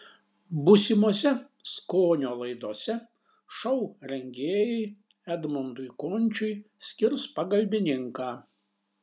būsimosiose skonio laidose šou rengėjai edmundui končiui skirs pagalbininką